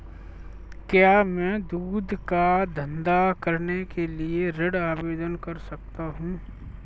क्या मैं दूध का धंधा करने के लिए ऋण आवेदन कर सकता हूँ?